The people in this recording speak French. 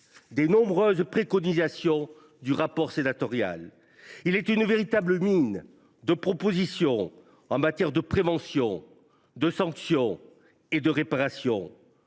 des nombreuses préconisations du rapport d’information sénatorial. Ce rapport est une véritable mine de propositions en matière de prévention, de sanction et de réparation,